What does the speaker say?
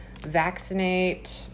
vaccinate